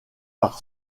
par